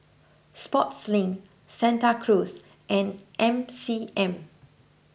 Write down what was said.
Sportslink Santa Cruz and M C M